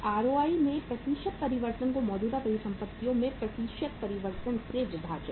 ROI ROI में प्रतिशत परिवर्तन को मौजूदा परिसंपत्तियों में प्रतिशत परिवर्तन से विभाजित